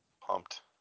Pumped